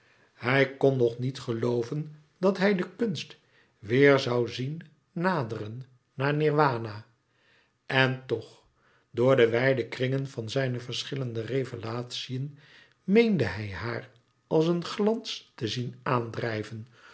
hij kon nog niet gelooven dat hij de kunst weêr zoû zien naderen na nirwana en toch door de wijde kringen van zijne verschillende revelatiën meende hij haar als een glans te zien aandrijven